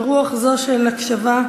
ברוח זו של הקשבה,